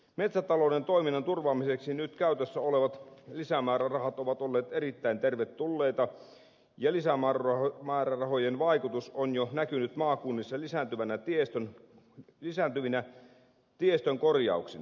metsätalouden toiminnan turvaamiseksi nyt käytössä olevat lisämäärärahat ovat olleet erittäin tervetulleita ja lisämäärärahojen vaikutus on jo näkynyt maakunnissa lisääntyvinä tiestön korjauksina